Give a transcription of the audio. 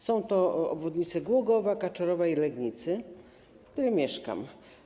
Są to obwodnice Głogowa, Kaczorowa i Legnicy, w której mieszkam.